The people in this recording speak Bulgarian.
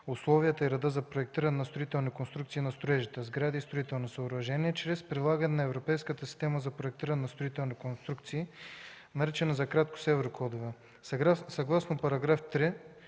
условията и реда за проектиране на строителни конструкции на строежите, сгради и строителни съоръжения чрез прилагане на Европейската система за проектиране на строителни инструкции, наричана за краткост еврокодове.